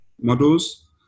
models